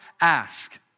ask